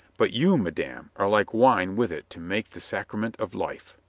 but you, madame, are like wine with it to make the sacrament of life.